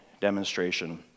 demonstration